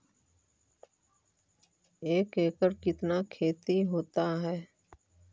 एक एकड़ कितना खेति होता है?